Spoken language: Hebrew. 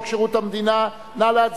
שירות המדינה (גמלאות) (תיקון מס' 51). נא להצביע.